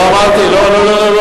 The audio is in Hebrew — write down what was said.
לא, לא.